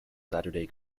saturday